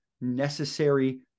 necessary